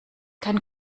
kein